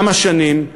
כמה שנים,